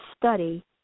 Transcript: study